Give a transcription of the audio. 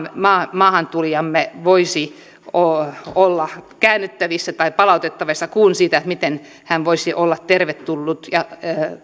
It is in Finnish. maahantulijamme voisi olla käännytettävissä tai palautettavissa kuin siitä miten hän voisi olla tervetullut ja